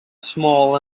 small